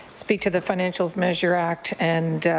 speak to the financials measures act and